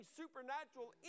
supernatural